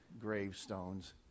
gravestones